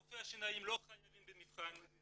רופאי השיניים לא חייבים במבחן.